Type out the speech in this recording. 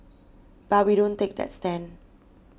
but we don't take that stand